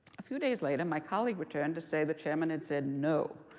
a few days later, my colleague returned to say the chairman had said no,